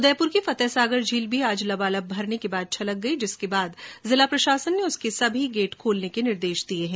उदयपुर की फतहसागर झील भी आज लबालब भरने के बाद छलक गयी जिसके बाद जिला प्रशासन ने उसके सभी गेट खोलने के निर्देश दिए हैं